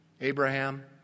Abraham